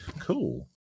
Cool